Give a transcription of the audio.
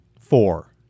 four